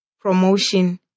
promotion